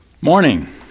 Morning